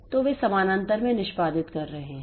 तो वे समानांतर में निष्पादित कर रहे हैं